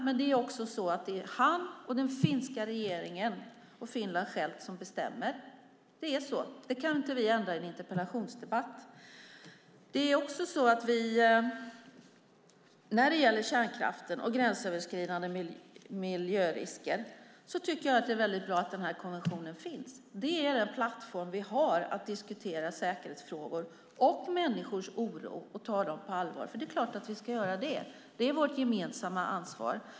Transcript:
Men det är han, den finska regeringen och Finland självt som bestämmer. Det är så. Det kan inte vi ändra på i en interpellationsdebatt. Jag tycker att det är väldigt bra att den här konventionen finns när det gäller kärnkraft och gränsöverskridande miljörisker. Det är den plattform vi har för att diskutera säkerhetsfrågor och människors oro. Det är klart att vi ska ta människors oro på allvar. Det är vårt gemensamma ansvar.